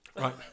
Right